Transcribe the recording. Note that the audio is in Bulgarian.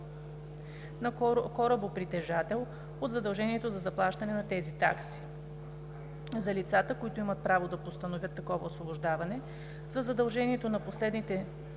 на корабопритежател от задължението за заплащане на тези такси, за лицата, които имат право да постановят такова освобождаване, за задължението на последните